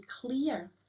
clear